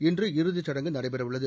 இன்று இறுதிச் சடங்கு நடைபெறவுள்ளது